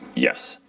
yes.